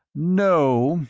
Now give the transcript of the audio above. no,